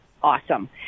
Awesome